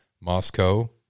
Moscow